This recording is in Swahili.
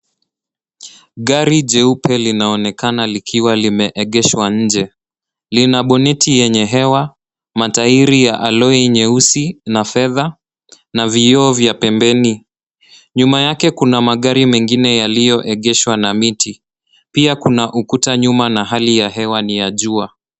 Gari jeupe linaonekana likiwa limeegeshwa nje. Lina boneti yenye hewa, matairi ya aloi nyeusi na fedha na vioo vya pembeni. Nyuma yake kuna magari mengine yaliyoegeshwa na miti. Pia kuna ukuta nyuma na hali ya hewa ni ya jua.